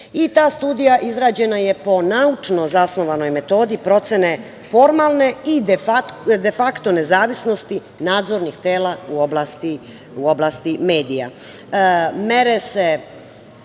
Ta studija izrađena je po naučno zasnovanoj metodi procena formalne i defakto nezavisnosti nadzornih tela u oblasti medija. Meri